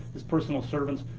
his personal servants.